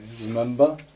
Remember